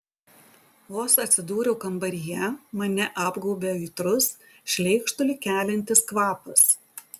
vos atsidūriau kambaryje mane apgaubė aitrus šleikštulį keliantis kvapas